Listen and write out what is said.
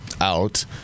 out